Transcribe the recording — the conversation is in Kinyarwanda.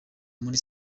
muri